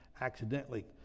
accidentally